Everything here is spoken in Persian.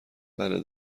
بله